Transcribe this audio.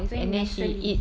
very nasally